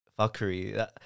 fuckery